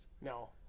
No